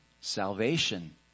Salvation